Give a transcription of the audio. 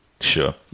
Sure